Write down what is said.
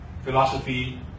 philosophy